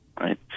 right